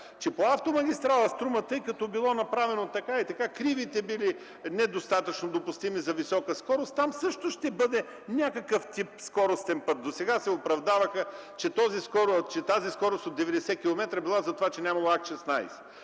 че по автомагистрала „Струма”, тъй като било направено така и така, кривите били недостатъчно допустими за висока скорост, там също ще бъде някакъв тип скоростен път. Досега се оправдаваха, че тази скорост от 90 км била за това, че нямало Акт 16.